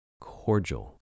cordial